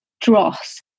dross